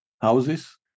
houses